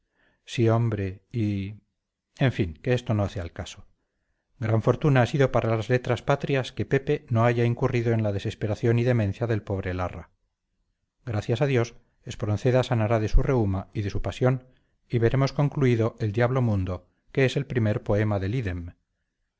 sí hombre y en fin que esto no hace al caso gran fortuna ha sido para las letras patrias que pepe no haya incurrido en la desesperación y demencia del pobre larra gracias a dios espronceda sanará de su reúma y de su pasión y veremos concluido el diablo mundo que es el primer poema del ídem